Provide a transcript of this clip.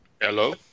Hello